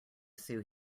sue